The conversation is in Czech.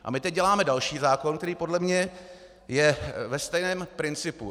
A my teď děláme další zákon, který podle mě je ve stejném principu.